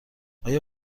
آیا